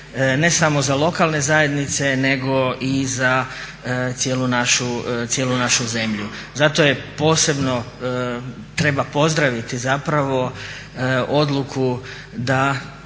ne samo za lokalne zajednice nego i za cijelu našu zemlju. Zato posebno treba pozdraviti zapravo odluku da